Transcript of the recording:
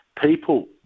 People